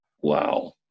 wow